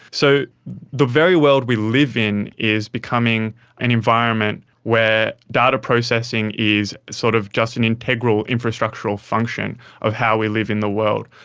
so the very world we live in is becoming an environment where data processing is sort of just an integral infrastructural function of how we live in the world.